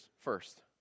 first